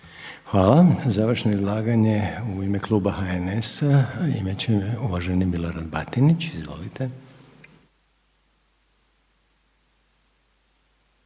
Hvala. Završno izlaganje u ime Kluba HNS-a imat će uvaženi Milorad Batinić. Izvolite.